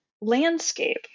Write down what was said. landscape